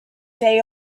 day